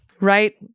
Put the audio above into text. right